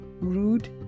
rude